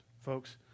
Folks